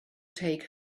take